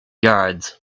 yards